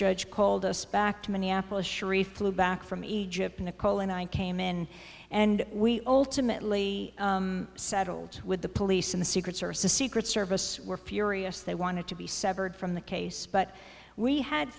judge called us back to minneapolis sharif flew back from egypt nicole and i came in and we ultimately settled with the police in the secret service a secret service were furious they wanted to be severed from the case but we had